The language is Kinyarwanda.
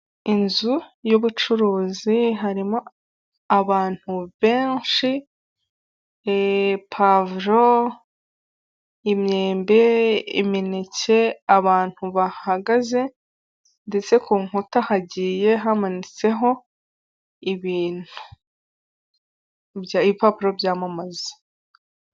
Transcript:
Inzu y'ubucuruzi, harimo abantu benshi, pavuro, imyembe, imineke, abantu bahagaze, ndetse ku nkuta hagiye hamanitseho ibintu. Ibipapuro byamamaza.